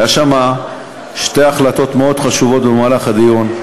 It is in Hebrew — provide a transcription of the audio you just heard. היו שם שתי החלטות מאוד חשובות במהלך הדיון,